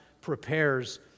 prepares